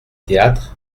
théâtre